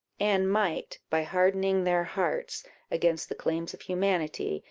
and might, by hardening their hearts against the claims of humanity,